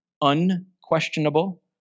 unquestionable